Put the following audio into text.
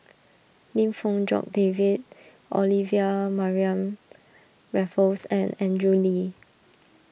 Lim Fong Jock David Olivia Mariamne Raffles and Andrew Lee